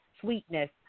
sweetness